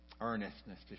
earnestness